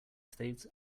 states